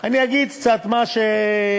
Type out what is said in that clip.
אני אגיד קצת מה שנאמר.